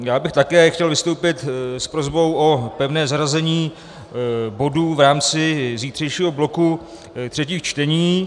Já bych také chtěl vystoupit s prosbou o pevné zařazení bodů v rámci zítřejšího bloku třetích čtení.